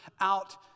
out